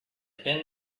been